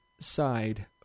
side